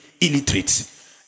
illiterates